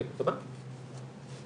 השקף הבא,